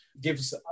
gives